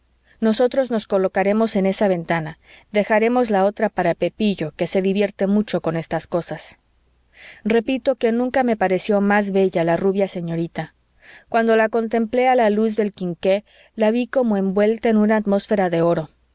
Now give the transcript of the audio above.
nosotros nos colocaremos en esa ventana dejaremos la otra para pepillo que se divierte mucho con estas cosas repito que nunca me pareció más bella la rubia señorita cuando la contemplé a la luz del quinqué la vi como envuelta en una atmósfera de oro